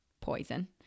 poison